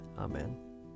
Amen